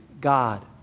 God